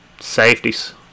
safeties